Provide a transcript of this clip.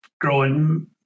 growing